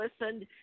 listened